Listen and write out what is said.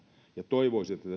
ja toivoisin että tässä ei